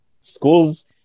Schools